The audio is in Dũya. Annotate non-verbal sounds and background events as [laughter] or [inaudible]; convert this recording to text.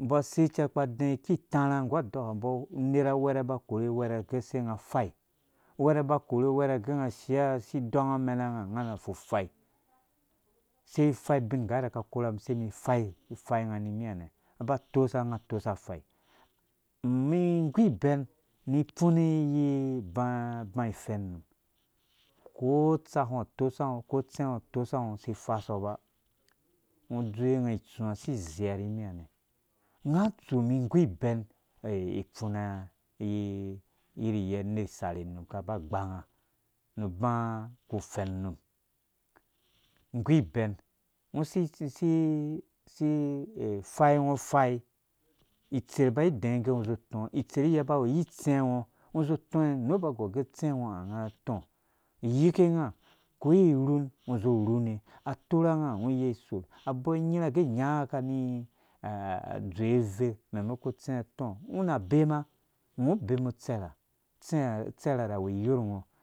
umbɔ sei cɛ kpura adɛɛ ki itarha nggu adɔkambo unera uwɛrɛ aba akore uwɛrɛ gɛ sai unge afai uwɛrɛ aba akore uwɛrɛ gɛ ngo ashia si idɔnga amenanga unga na so afai sai infai ubin igan ka koram sai umum ifai ifai ung rimi ha nɛ unya ba tosa unga to sa fai mi igu ibɛn nu ifuni iyi uba ifɛn num ko utsakungo atosa ung usi ifasɔ ba ungo udzowe unga itsuwa si izea rimi ha nɛ unga atsu umum igu ibɛn iyiryɛ uner isarhe num ka ba agbanga nu uba ku fɛn num igu ibɛn ungo si si si ifaingo ufai itser ba idɛɛngge ungo uzi utɔ itser iyirye iba iwu iyi utsɛ ngo ungo uzi utɔ we ni ba ugɔr gɛ utsɛ ngo ung itɔ uyike unga ko irhun ungo uzi urhune atorha unga ungɔ nzi uyei usorh abɔɔ anirha agɛ unya unge ka ni [hesitation] idzowe uverh memako utsɛnga itɔ ung na ubema ungo ubemu utsɛrha utsɛ utserha rɛ awu iyorngo